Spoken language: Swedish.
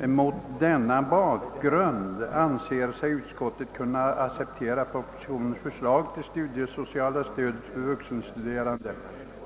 »Mot denna bakgrund anser sig utskottet kunna acceptera propositionens förslag om det studiesociala stödet till vuxenstuderande.